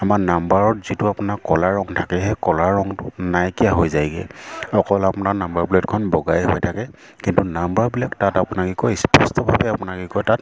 আমাৰ নাম্বাৰত যিটো আপোনাৰ কলা ৰং থাকে সেই কলা ৰংটো নাইকিয়া হৈ যায়গে অকল আপোনাৰ নাম্বাৰ প্লেটখন বগাই হৈ থাকে কিন্তু নাম্বাৰবিলাক তাত আপোনাৰ কি কয় স্পষ্টভাৱে আপোনাৰ কি কয় তাত